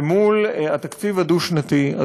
ומול התקציב הדו-שנתי,